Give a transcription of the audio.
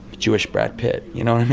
jewish brad pitt you know,